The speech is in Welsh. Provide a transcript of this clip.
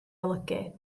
olygu